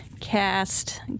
cast